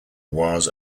was